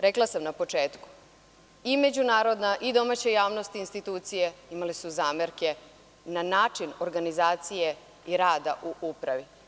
Rekla sam na početku, i međunarodna i domaća javnost institucije imale su zamerke na način organizacije i rada u upravi.